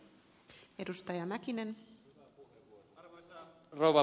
arvoisa rouva puhemies